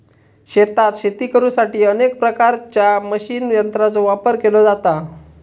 शेतात शेती करुसाठी अनेक प्रकारच्या मशीन यंत्रांचो वापर केलो जाता